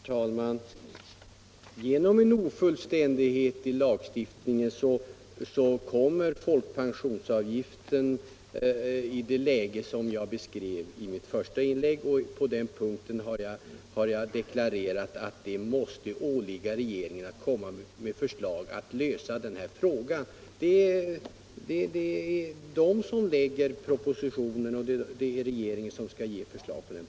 Herr talman! Genom en ofullständighet i lagstiftningen blir läget när det gäller folkpensionsavgiften det jag beskrev i mitt första inlägg. På den punkten har jag deklarerat att det måste åligga regeringen att komma med förslag till lösning. Det är regeringen som framlägger propositioner, och det är regeringen som skall framlägga förslag.